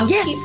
Yes